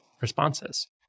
responses